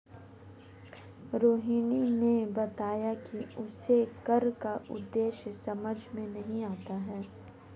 रोहिणी ने बताया कि उसे कर का उद्देश्य समझ में नहीं आता है